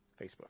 Facebook